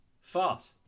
Fart